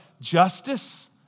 Justice